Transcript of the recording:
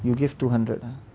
you give two hundred ah